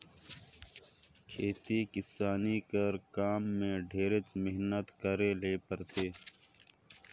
खेती किसानी कर काम में ढेरेच मेहनत करे ले परथे